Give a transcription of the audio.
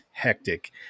hectic